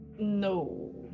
No